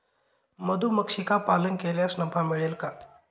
मधुमक्षिका पालन केल्यास नफा मिळेल का?